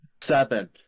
Seven